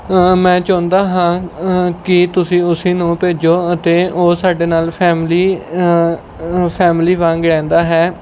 ਮੈਂ ਚਾਹੁੰਦਾ ਹਾਂ ਕੀ ਤੁਸੀਂ ਉਸੇ ਨੂੰ ਭੇਜੋ ਅਤੇ ਉਹ ਸਾਡੇ ਨਾਲ ਫੈਮਿਲੀ ਫੈਮਿਲੀ ਵਾਂਗ ਰਹਿੰਦਾ ਹੈ